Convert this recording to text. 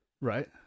Right